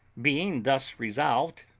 being thus resolved,